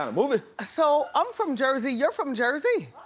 um movie. ah so i'm from jersey, you're from jersey?